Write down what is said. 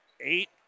Eight